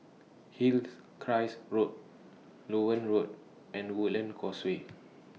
Hills Crest Road Loewen Road and Woodlands Causeway